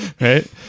Right